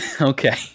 Okay